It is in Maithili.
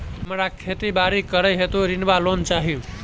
हमरा खेती बाड़ी करै हेतु ऋण वा लोन चाहि?